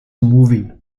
movie